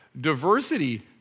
Diversity